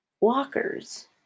walkers